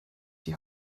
die